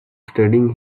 studying